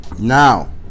Now